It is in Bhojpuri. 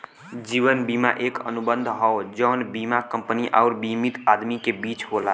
जीवन बीमा एक अनुबंध हौ जौन बीमा कंपनी आउर बीमित आदमी के बीच होला